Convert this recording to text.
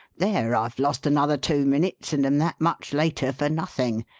there, i've lost another two minutes and am that much later for nothing.